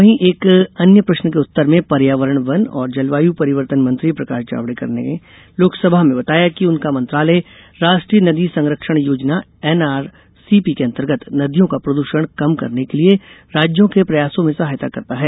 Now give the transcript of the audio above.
वहीं एक अन्य प्रश्न के उत्तर में पर्यावरण वन और जलवायु परिवर्तन मंत्री प्रकाश जावडेकर ने लोकसभा में बताया है कि उनका मंत्रालय राष्ट्रीय नदी संरक्षण योजना एनआरसीपी के अंतर्गत नदियों का प्रदूषण कम करने के लिए राज्यों के प्रयासों में सहायता करता है